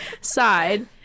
side